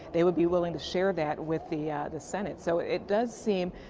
they would be willing to share that with the the senate. so it does seem,